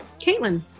Caitlin